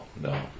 no